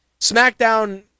SmackDown